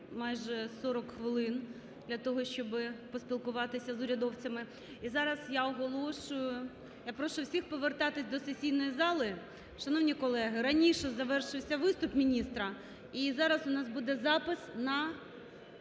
майже 40 хвилин для того, щоб поспілкуватися з урядовцями. І зараз я оголошую… Я прошу всіх повертатися до сесійної зали. Шановні колеги, раніше завершився виступ міністра і зараз у нас буде запис на